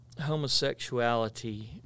homosexuality